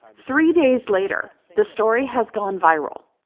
three days later, the story has gone viral.